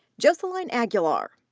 joseline aguilar.